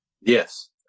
Yes